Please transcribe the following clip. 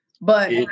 But-